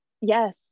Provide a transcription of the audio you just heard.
yes